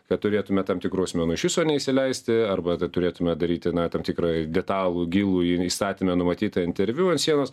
kad turėtume tam tikrų asmenų iš viso neįsileisti arba tai turėtume daryti tam tikrąjį detalų gilųjį įstatyme numatytą interviu ant sienos